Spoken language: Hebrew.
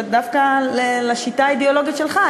ודווקא לשיטה האידיאולוגית שלך,